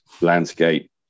landscape